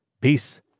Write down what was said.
Peace